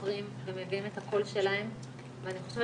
שמספרים ומביאים את הקול שלהם ואני חושבת